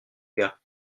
gars